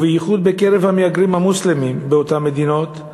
בייחוד בקרב המהגרים המוסלמים באותן מדינות,